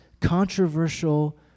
controversial